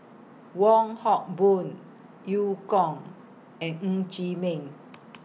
Wong Hock Boon EU Kong and Ng Chee Meng